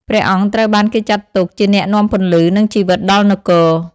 ព្រះអង្គត្រូវបានគេចាត់ទុកជាអ្នកនាំពន្លឺ និងជីវិតដល់នគរ។